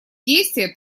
действия